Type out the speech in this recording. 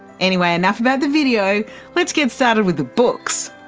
anyway, enough about the video let's get started with the books!